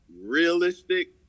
realistic